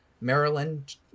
Maryland